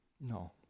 no